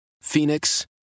Phoenix